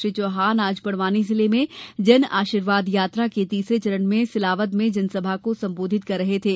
श्री चौहान आज बड़वानी जिले में जनआर्शीवाद यात्रा के तीसरे चरण में सिलावद में जनसभा को संबोधित कर रहे थे